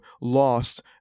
Lost